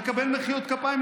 ולקבל מחיאות כפיים,